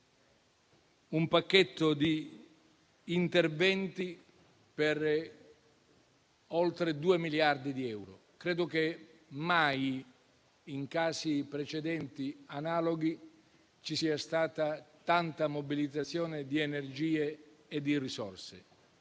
un pacchetto di interventi per oltre due miliardi di euro. Credo che mai in casi analoghi precedenti ci sia stata tanta mobilizzazione di energie e di risorse.